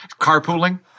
Carpooling